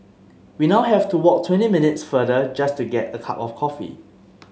we now have to walk twenty minutes farther just to get a cup of coffee